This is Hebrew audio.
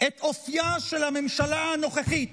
את אופייה של הממשלה הנוכחית,